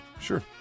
Sure